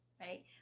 right